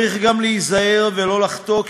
צריך גם להיזהר ולא לחטוא,